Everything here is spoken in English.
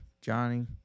Johnny